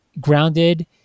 grounded